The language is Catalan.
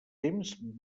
temps